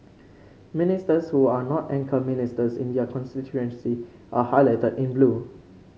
ministers who are not anchor ministers in their constituency are highlighted in blue